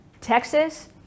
Texas